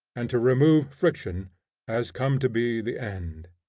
and to remove friction has come to be the end.